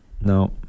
No